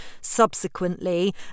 subsequently